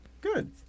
Good